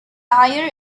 higher